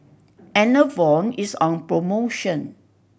enervon is on promotion